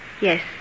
Yes